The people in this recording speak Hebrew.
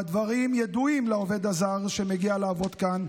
והדברים ידועים לעובד הזר שמגיע לעבוד כאן,